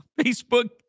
Facebook